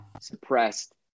suppressed